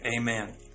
amen